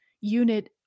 unit